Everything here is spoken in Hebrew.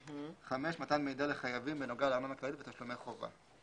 (5) מתן מידע לחייבים בנוגע לארנונה כללית ותשלומי חובה.